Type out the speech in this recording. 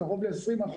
קרוב ל-20%,